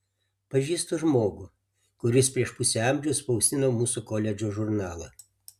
pažįstu žmogų kuris prieš pusę amžiaus spausdino mūsų koledžo žurnalą